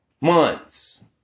Months